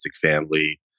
family